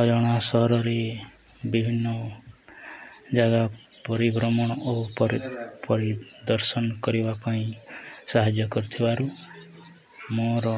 ଅଜଣା ସହରରେ ବିଭିନ୍ନ ଜାଗା ପରିଭ୍ରମଣ ଓ ପରି ପରିଦର୍ଶନ କରିବା ପାଇଁ ସାହାଯ୍ୟ କରୁଥିବାରୁ ମୋର